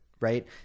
right